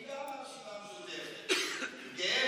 גם אני מהרשימה המשותפת, גאה בזה.